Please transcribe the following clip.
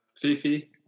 Fifi